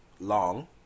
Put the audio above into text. long